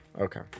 okay